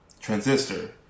Transistor